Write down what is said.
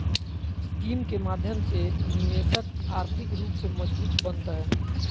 scheme के माध्यम से निवेशक आर्थिक रूप से मजबूत बनतय